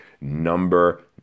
Number